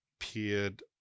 appeared